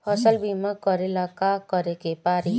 फसल बिमा करेला का करेके पारी?